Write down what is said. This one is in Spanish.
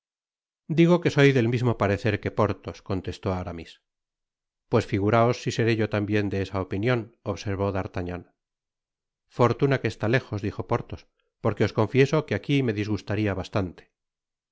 digo que soy del mismo parecer que porthos contestó aramis pues figuraos si seré yo tambien de esa opinion observó d'artagnan fortuna que está lejos dijo porthos porque os confieso que aqui me disgustaria bastante lo